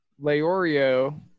Leorio